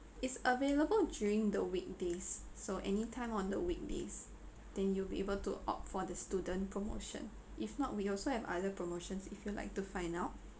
it's available during the weekdays so anytime on the weekdays then you'll be able to opt for the student promotion if not we also have other promotions if you'd like to find out